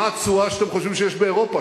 מה התשואה שאתם חושבים שיש באירופה?